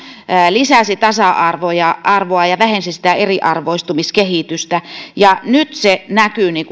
lisäsi tasa arvoa ja vähensi eriarvoistumiskehitystä nyt se näkyy